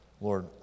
Lord